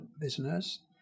business